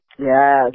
Yes